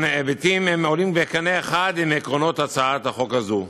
היבטים עולים בקנה אחד עם עקרונות הצעת החוק הזו.